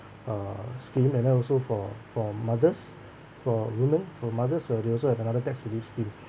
uh scheme and then also for for mothers for women for mothers uh they also have another tax relief scheme